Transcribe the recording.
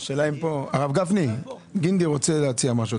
הרב גפני, גינדי רוצה להציע משהו.